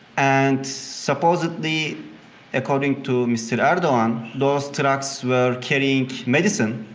and supposedly according to mr. erdogan, those trucks were carrying medicine